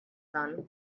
son